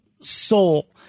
Soul